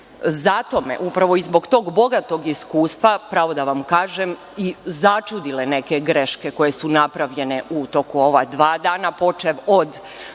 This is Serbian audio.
Zato su me, upravo zbog tog bogatog iskustva, pravo da vam kažem, začudile neke greške koje su napravljene u toku ova dva dana, počev od